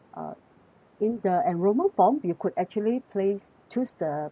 in the enrolment form you could actually place choose the